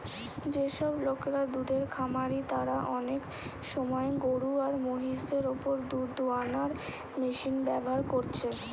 যেসব লোকরা দুধের খামারি তারা অনেক সময় গরু আর মহিষ দের উপর দুধ দুয়ানার মেশিন ব্যাভার কোরছে